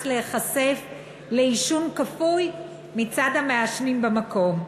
להיחשף לעישון כפוי מצד המעשנים במקום,